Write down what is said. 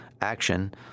action